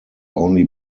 only